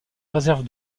réserve